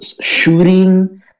shooting